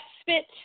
spit